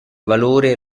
valore